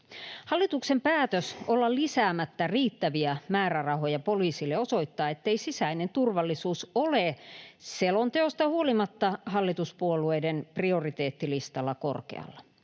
Hallituksen päätös olla lisäämättä riittäviä määrärahoja poliisille osoittaa, ettei sisäinen turvallisuus ole selonteosta huolimatta hallituspuolueiden prioriteettilistalla korkealla.